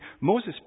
Moses